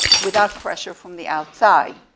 without pressure from the outside.